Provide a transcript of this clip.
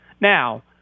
now